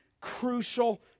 crucial